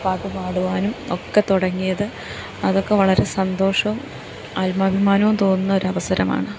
പാട്ടു പാടുവാനും ഒക്കെ തുടങ്ങിയത് അതൊക്കെ വളരെ സന്തോഷവും ആത്മാഭിമാനവും തോന്നുന്ന ഒരവസരമാണ്